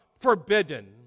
forbidden